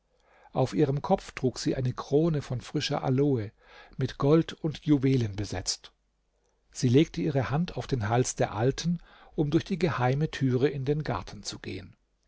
auf ihrem kopf trug sie eine krone von frischer aloe mit gold und juwelen besetzt sie legte ihre hand auf den hals der alten um durch die geheime thüre in den garten zu gehen